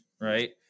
right